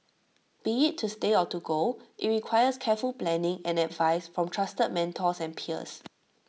be IT to stay or to go IT requires careful planning and advice from trusted mentors and peers